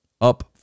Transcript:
up